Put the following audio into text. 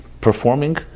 performing